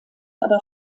aber